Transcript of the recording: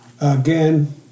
Again